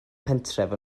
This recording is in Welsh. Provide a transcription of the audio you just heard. pentref